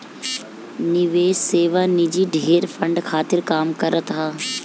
निवेश सेवा ढेर निजी फंड खातिर काम करत हअ